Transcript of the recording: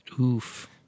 Oof